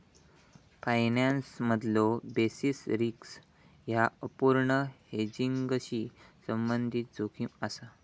फायनान्समधलो basis risk ह्या अपूर्ण हेजिंगशी संबंधित जोखीम असा